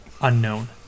unknown